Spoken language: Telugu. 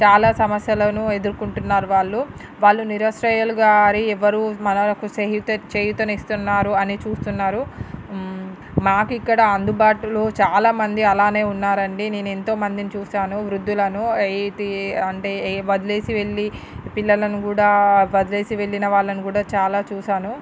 చాలా సమస్యలను ఎదుర్కొంటున్నారు వాళ్ళు వాళ్ళు నిరాశ్రయాలు కారు ఎవరు మనకు సహిత చేయూతనిస్తున్నారు అని చూస్తున్నారు మాకు ఇక్కడ అందుబాటులో చాలామంది అలానే ఉన్నారండి నేను ఎంతోమందిని చూశాను వృద్ధులను అంటే వదిలేసి వెళ్ళి పిల్లలను కూడా వదిలేసి వెళ్ళిన వాళ్ళని కూడా చాలా చూశాను